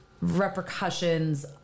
repercussions